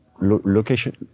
location